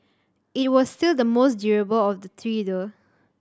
it was still the most durable of the three though